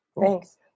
Thanks